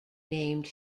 named